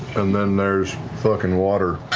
and then there's fucking water.